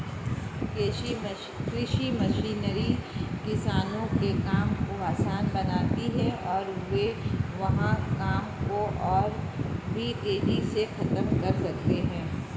कृषि मशीनरी किसानों के काम को आसान बनाती है और वे वहां काम को और भी तेजी से खत्म कर सकते हैं